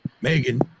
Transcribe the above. Megan